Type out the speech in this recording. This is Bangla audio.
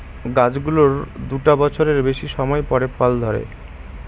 গাছ গুলোর দুটা বছরের বেশি সময় পরে ফল ধরে